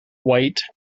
white